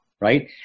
right